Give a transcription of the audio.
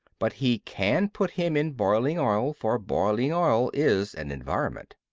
but he can put him in boiling oil for boiling oil is an environment.